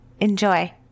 Enjoy